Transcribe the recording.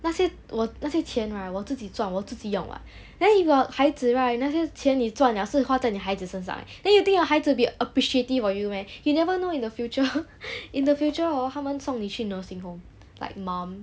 那些我那些钱 right 我自己赚我自己用 [what] then if you got 孩子 right 那些钱你赚了是你孩子身上 eh then you think your 孩子 will be appreciative of you meh you never know in the future in the future hor 他们送你去 nursing home like mom